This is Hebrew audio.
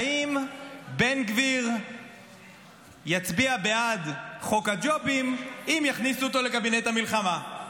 האם בן גביר יצביע בעד חוק הג'ובים אם יכניסו אותו לקבינט המלחמה.